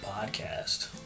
Podcast